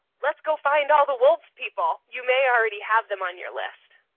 let's go find all the wolves people. you may already have them on your list.